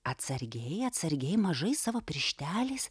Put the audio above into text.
atsargiai atsargiai mažais savo piršteliais